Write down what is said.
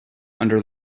under